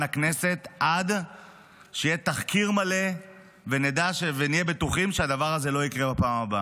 הכנסת עד שיהיה תחקיר מלא ונהיה בטוחים שהדבר הזה לא יקרה בפעם הבאה.